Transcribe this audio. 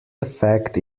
effect